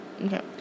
Okay